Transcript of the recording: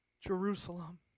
Jerusalem